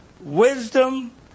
Wisdom